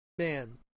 Man